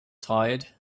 tired